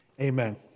Amen